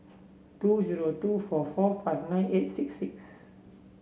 two zero two four four five nine eight six six